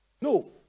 no